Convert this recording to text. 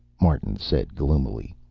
martin said gloomily.